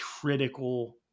critical